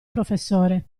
professore